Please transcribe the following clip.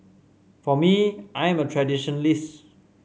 for me I am a traditionalist